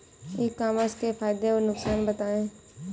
ई commerce के फायदे और नुकसान बताएँ?